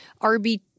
rb